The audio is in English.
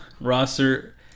roster